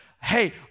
hey